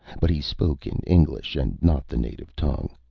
but he spoke in english and not the native tongue.